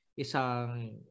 isang